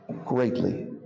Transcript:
greatly